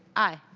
aye.